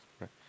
Right